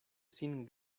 sin